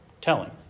telling